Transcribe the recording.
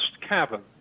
cavern